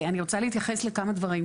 אני רוצה להתייחס לכמה דברים.